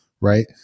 right